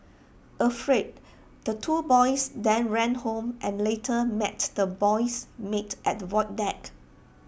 afraid the two boys then ran home and later met the boy's maid at the void deck